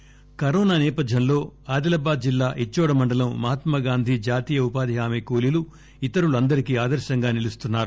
Adilabad corona సేపధ్యంలొ అదిలాబాద్ జిల్లా ఇచ్చొడ మండలం మహాత్మా గాంధి జాతియ ఉపాధి హమీ కూలీలు ఇతరులందరికీ అదర్రంగా నిలుస్తున్నారు